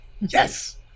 Yes